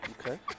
Okay